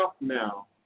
now